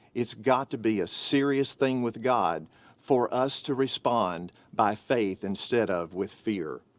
it's got to be a serious thing with god for us to respond by faith instead of with fear.